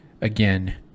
again